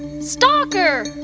Stalker